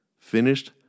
finished